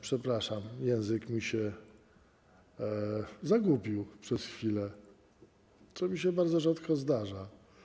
Przepraszam, język mi się zagubił przez chwilę, co mi się bardzo rzadko zdarza.